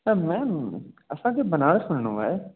त मैम असांखे बनारस वञिणो आहे